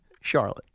Charlotte